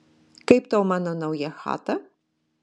kaip tau mano nauja chata